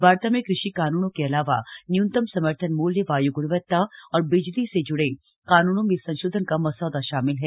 वार्ता में कृषि कानूनों के अलावा न्यूनतम समर्थन मूल्य वाय् ग्णवत्ता और बिजली से जुड़े कानूनो में संशोधन का मसौदा शामिल है